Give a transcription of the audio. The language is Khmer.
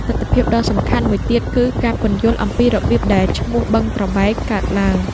ទិដ្ឋភាពដ៏សំខាន់មួយទៀតគឺការពន្យល់អំពីរបៀបដែលឈ្មោះ "បឹងត្របែក" កើតឡើង។